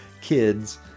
kids